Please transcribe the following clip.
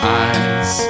eyes